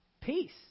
Peace